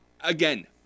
Again